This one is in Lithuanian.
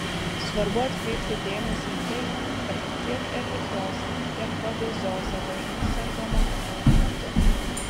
svarbu atkreipti dėmesį į tai kad tiek erlichioze tiek babezioze dažnai sergama vienu metu